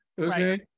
Okay